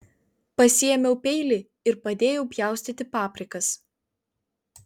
pasiėmiau peilį ir padėjau pjaustyti paprikas